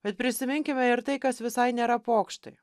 bet prisiminkime ir tai kas visai nėra pokštai